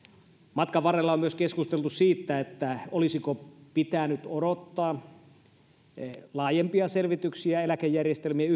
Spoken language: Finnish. matkan varrella on keskusteltu myös siitä olisiko pitänyt odottaa laajempia selvityksiä eläkejärjestelmien